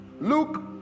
Luke